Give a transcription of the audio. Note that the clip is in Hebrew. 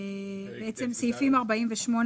סעיפים 49-48,